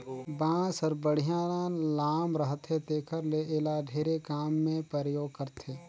बांस हर बड़िहा लाम रहथे तेखर ले एला ढेरे काम मे परयोग करथे